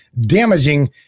damaging